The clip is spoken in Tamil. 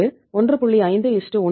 இது 1